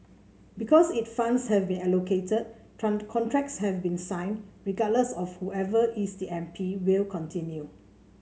because if funds have been allocated contracts have been signed regardless of whoever is the M P will continue